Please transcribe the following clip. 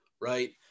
Right